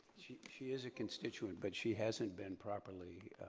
she she is a constituent but she hasn't been properly